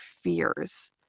fears